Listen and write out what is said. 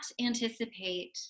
anticipate